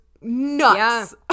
nuts